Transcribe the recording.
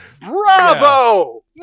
Bravo